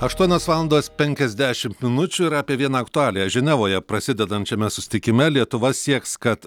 aštuonios valandos penkiasdešimt minučių ir apie vieną aktualiją ženevoje prasidedančiame susitikime lietuva sieks kad